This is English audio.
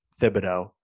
Thibodeau